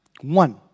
One